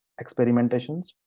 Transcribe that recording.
experimentations